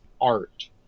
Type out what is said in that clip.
art